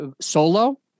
solo